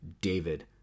David